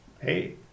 hey